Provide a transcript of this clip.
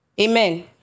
Amen